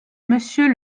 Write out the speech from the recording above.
monsieur